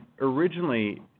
originally